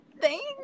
thanks